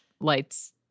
lights